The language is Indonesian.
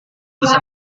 bisa